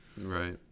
Right